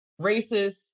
racists